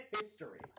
history